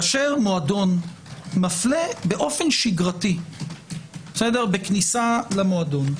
כשמועדון מפלה באופן שגרתי בכניסה למועדון,